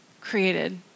created